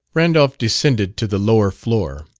randolph descended to the lower floor.